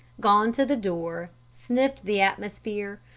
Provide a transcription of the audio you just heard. gone to the door, sniffed the atmosphere,